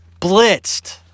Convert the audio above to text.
Blitzed